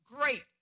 great